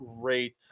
great